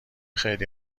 خیلی